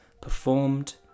performed